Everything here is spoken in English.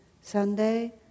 Sunday